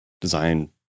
design